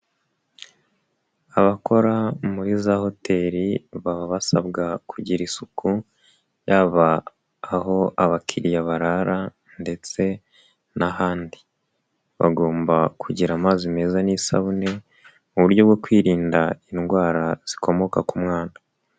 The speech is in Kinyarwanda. Abakora muri za hoteri baba basabwa kugira isuku, yaba aho abakiriya barara ndetse n'ahandi. Bagomba kugira amazi meza n'isabune mu buryo bwo kwirinda indwara zikomoka ku mwanda.